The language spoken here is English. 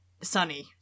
sunny